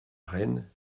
reine